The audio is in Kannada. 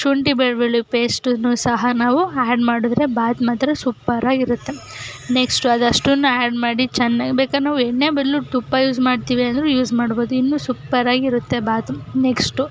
ಶುಂಠಿ ಬೆಳ್ಳುಳ್ಳಿ ಪೇಸ್ಟನ್ನು ಸಹ ನಾವು ಆ್ಯಡ್ ಮಾಡಿದ್ರೆ ಬಾತು ಮಾತ್ರ ಸೂಪರಾಗಿರುತ್ತೆ ನೆಕ್ಸ್ಟು ಅದಷ್ಟನ್ನೂ ಆ್ಯಡ್ ಮಾಡಿ ಚೆನ್ನಾಗಿ ಬೇಕಾರೆ ನಾವು ಎಣ್ಣೆ ಬದಲು ತುಪ್ಪ ಯೂಸ್ ಮಾಡ್ತೀವಿ ಅಂದರು ಯೂಸ್ ಮಾಡ್ಬೋದು ಇನ್ನೂ ಸೂಪರಾಗಿರುತ್ತೆ ಬಾತು ನೆಕ್ಸ್ಟು